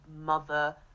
mother